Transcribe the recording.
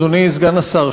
אדוני סגן השר,